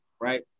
right